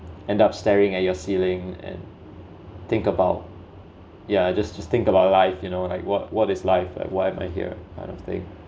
end up staring at your ceiling and think about yeah just to think about life you know like what what is life like why am I here kind of thing